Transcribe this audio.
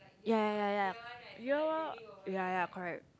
ya ya ya ya ya lah ya ya correct